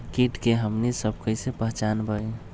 किट के हमनी सब कईसे पहचान बई?